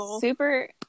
super